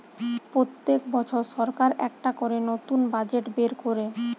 পোত্তেক বছর সরকার একটা করে নতুন বাজেট বের কোরে